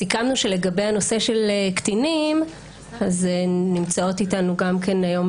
ולגבי הנושא של קטינים נמצאות איתנו גם כן היום